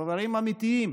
הדברים האמיתיים